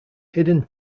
hidden